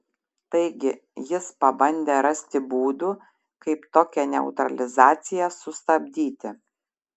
taigi jis pabandė rasti būdų kaip tokią neutralizaciją sustabdyti